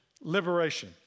liberation